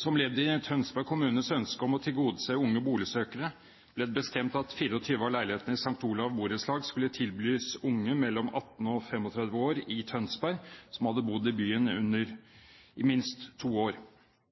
Som ledd i Tønsberg kommunes ønske om å tilgodese unge boligsøkere ble det bestemt at 24 av leilighetene i St Olavs Borettslag skulle tilbys unge mellom 18 og 35 år i Tønsberg som hadde bodd i kommunen minst to år.